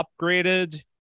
upgraded